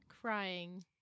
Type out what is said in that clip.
Crying